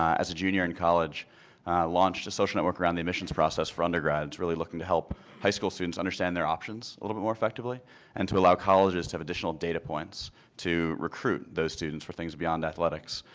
as a junior in college i launched a social network around the admissions process for undergrads really looking to help high school students understand their options a little bit more effectively and to allow colleges to have additional data points to recruit those students for things beyond athletics.